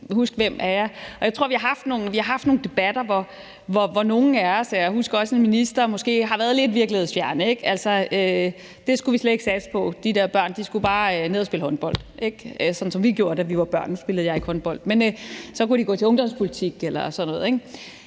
huske hvem af jer. Vi har haft nogle debatter, hvor nogle af os så – og jeg husker også at minister – måske har været lidt virkelighedsfjerne, ikke? Altså at det var noget, vi slet ikke skulle satse på, og at de der børn bare skulle bare ned og spille håndbold, som vi gjorde, da vi var børn. Nu spillede jeg ikke håndbold, men så kunne de gå til ungdomspolitik eller sådan noget,